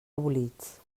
abolits